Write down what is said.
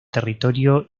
territorio